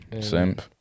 simp